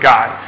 God